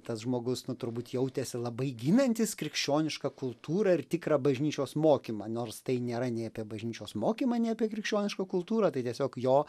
tas žmogus nu turbūt jautėsi labai ginantis krikščionišką kultūrą ir tikrą bažnyčios mokymą nors tai nėra nei apie bažnyčios mokymą nei apie krikščionišką kultūrą tai tiesiog jo